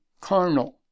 carnal